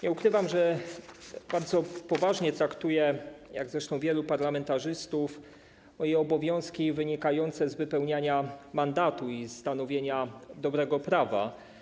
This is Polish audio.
Nie ukrywam, że bardzo poważnie traktuję, jak zresztą wielu parlamentarzystów, moje obowiązki wynikające z wypełniania mandatu i stanowienia dobrego prawa.